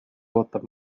ootab